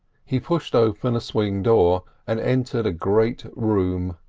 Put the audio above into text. he pushed open a swing-door and entered a great room.